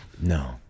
No